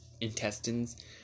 intestines